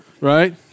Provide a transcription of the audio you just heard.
right